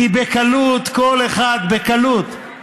כי בקלות כל אחד רושם,